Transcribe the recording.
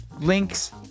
Links